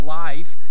life